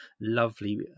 lovely